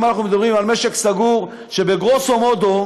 אם אנחנו מדברים על משק סגור שבגרוסו מודו,